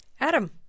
Adam